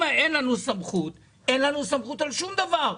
אם אין לנו סמכות אז אין לנו סמכות על שום דבר.